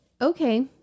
Okay